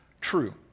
true